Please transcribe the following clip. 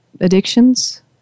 addictions